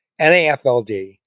NAFLD